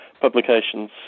publications